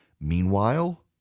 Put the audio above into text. Meanwhile